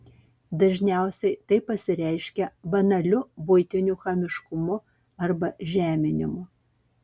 dažniausiai tai pasireiškia banaliu buitiniu chamiškumu arba žeminimu